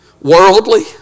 worldly